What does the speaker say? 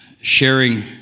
sharing